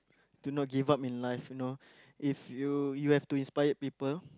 to not give up in life you know if you you have to inspired people